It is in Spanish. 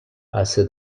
hace